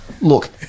Look